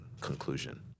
conclusion